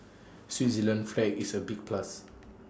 Switzerland's flag is A big plus